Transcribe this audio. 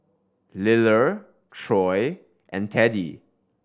Liller Troy and Teddie